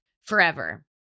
forever